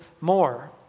more